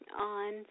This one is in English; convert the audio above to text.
on